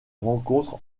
rencontre